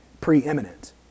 preeminent